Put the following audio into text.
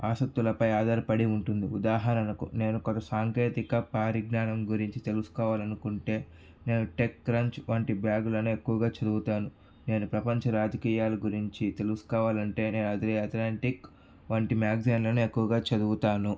ఆసక్తులపై ఆధారపడి ఉంటుంది ఉదాహరణకు నేను కొన్ని సాంకేతిక పరిజ్ఞానం గురించి తెలుసుకోవాలి అనుకుంటే నేను టెక్ క్రంచ్ వంటి బ్లాగులను ఎక్కువగా చదువుతాను నేను ప్రపంచ రాజకీయాల గురించి తెలుసుకోవాలి అంటే నేను అదిరే అట్లాంటిక్ వంటి మ్యాగజైన్లను ఎక్కువగా చదువుతాను